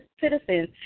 citizens